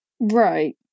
Right